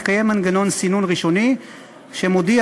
שיתקיים מנגנון סינון ראשוני שמודיע,